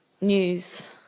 news